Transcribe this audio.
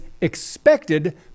expected